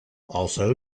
also